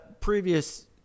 previous